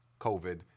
covid